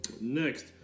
Next